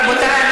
רבותיי,